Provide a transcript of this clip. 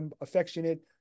affectionate